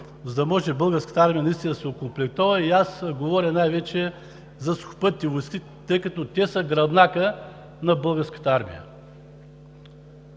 за да може Българската армия наистина да се окомплектова – говоря най-вече за Сухопътните войски, тъй като те са гръбнакът на Българската армия.